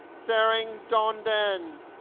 tsering dhondhen